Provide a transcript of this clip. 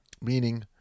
Meaning